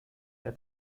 der